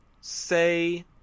say